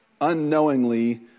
unknowingly